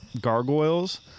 Gargoyles